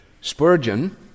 Spurgeon